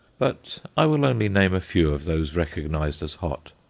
but i will only name a few of those recognized as hot.